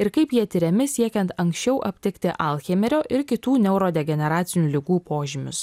ir kaip jie tiriami siekiant anksčiau aptikti alzcheimerio ir kitų neurodegeneracinių ligų požymius